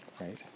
right